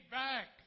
back